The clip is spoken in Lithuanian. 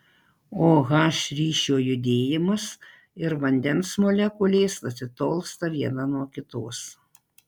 o h ryšio judėjimas ir vandens molekulės atitolsta viena nuo kitos